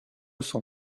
cent